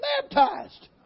baptized